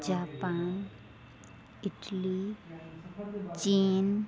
Japan Italy China